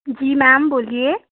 जी ma'am बोलिए